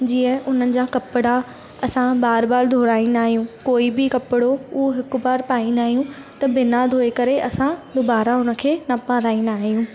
जीअं हुननि जा कपिड़ा असां बार बार धुहाराईंदा आहियूं कोई बि कपिड़ो हुओ हिक बार पाईंदा आहियूं त बिना धोए करे असां दुबारा हुन खे न पाहिराईंदा आहियूं